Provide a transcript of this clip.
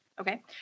Okay